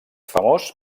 famós